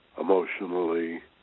emotionally